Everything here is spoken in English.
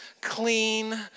clean